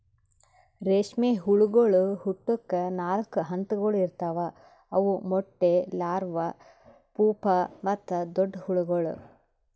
ರೇಷ್ಮೆ ಹುಳಗೊಳ್ ಹುಟ್ಟುಕ್ ನಾಲ್ಕು ಹಂತಗೊಳ್ ಇರ್ತಾವ್ ಅವು ಮೊಟ್ಟೆ, ಲಾರ್ವಾ, ಪೂಪಾ ಮತ್ತ ದೊಡ್ಡ ಹುಳಗೊಳ್